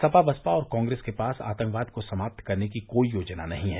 सपा बसपा और कॉग्रेस के पास आतंकवाद को समाप्त करने की कोई योजना नही है